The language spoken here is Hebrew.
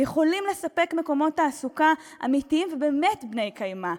שיכולים לספק מקומות תעסוקה אמיתיים ובאמת בני-קיימא?